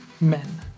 men